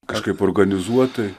kažkaip organizuotai